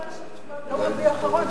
קיבלת תשובה ביום רביעי האחרון,